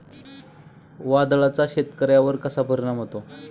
वादळाचा शेतकऱ्यांवर कसा परिणाम होतो?